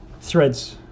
Threads